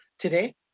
today